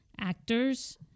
actors